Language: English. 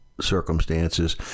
circumstances